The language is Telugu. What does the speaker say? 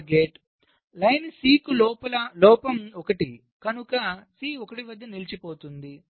పంక్తి C కు లోపం 1 కనుక C 1 వద్ద నిలిచిపోతుంది